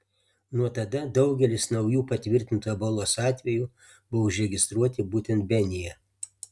nuo tada daugelis naujų patvirtintų ebolos atvejų buvo užregistruoti būtent benyje